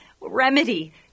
remedy